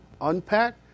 unpack